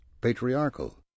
patriarchal